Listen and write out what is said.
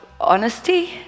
honesty